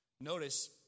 Notice